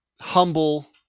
humble